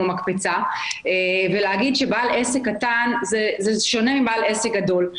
המקפצה ולהגיד שבעל עסק קטן זה שונה מבעל עסק גדול.